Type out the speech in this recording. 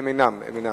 והם אינם, הם אינם.